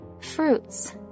fruits